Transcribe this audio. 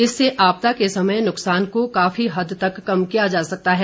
इससे आपदा के समय नुकसान को काफी हद तक कम किया जा सकता है